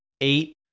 eight